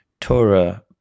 Torah